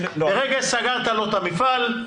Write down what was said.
ברגע שסגרת לו את המפעל,